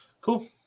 Cool